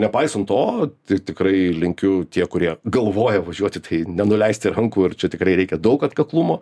nepaisant to tai tikrai linkiu tie kurie galvoja važiuoti tai nenuleisti rankų ir čia tikrai reikia daug atkaklumo